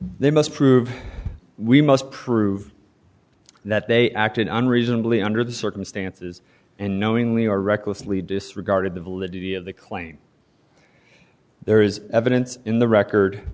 must prove we must prove that they acted unreasonably under the circumstances and knowingly or recklessly disregarded the validity of the claim there is evident in the record